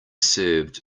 served